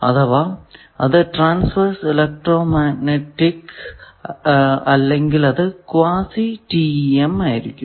അഥവാ അത് transverse electromagnetic അല്ലെങ്കിൽ അത് ക്വാസി TEM ആയിരിക്കും